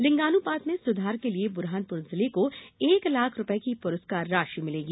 लिंगानुपात में सुधार के लिए बुरहानपुर जिले को एक लाख रूपये की पुरस्कार राशि मिलेगी